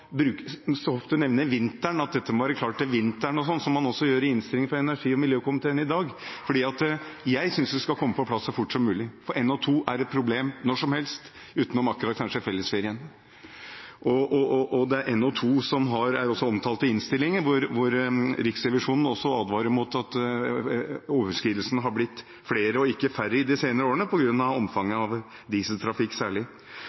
vinteren, at dette må være klart til vinteren, slik man også sier i innstillingen fra energi- og miljøkomiteen. Jeg synes det skal komme på plass så fort som mulig, for NO2 er et problem når som helst, utenom akkurat, kanskje, i fellesferien. Og det er NO2 som er omtalt i innstillingen, og også Riksrevisjonen advarer mot at overskridelsene har blitt flere og ikke færre i de senere årene på grunn av omfanget av særlig